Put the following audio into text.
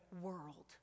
world